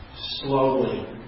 slowly